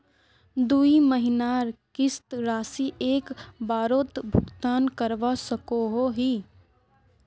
दुई महीनार किस्त राशि एक बारोत भुगतान करवा सकोहो ही?